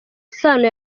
sano